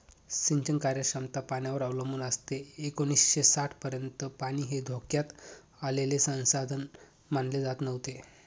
सिंचन कार्यक्षमता पाण्यावर अवलंबून असते एकोणीसशे साठपर्यंत पाणी हे धोक्यात आलेले संसाधन मानले जात नव्हते